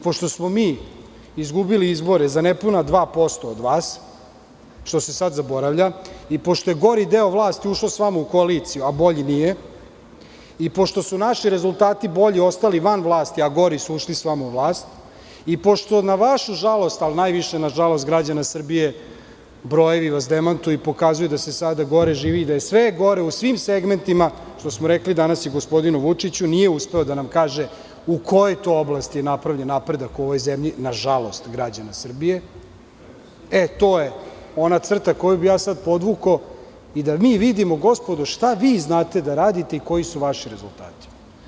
Pošto smo mi izgubili izbore za nepuna 2% od vas, što se sada zaboravlja i pošto je gori deo vlasti ušao sa vama u koaliciju, a bolji nije, pošto su naši rezultati bolji ostali van vlasti, a gori su ušli sa vama u vlast i pošto na vašu žalost, ali najviše na žalost građana Srbije, brojevi vas demantuju i pokazuju da se sada gore živi i da je sve gore u svim segmentima, što smo rekli danas i gospodinu Vučiću, nije uspeo da nam kaže u kojoj to oblasti je napravljen napredak u ovoj zemlji, na žalost građana Srbije, to je ona crta koju bi ja sada podvukao i da mi vidimo, gospodo, šta vi znate da radite i koji su vaši rezultati.